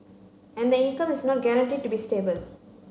and the income is not guaranteed to be stable